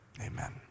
amen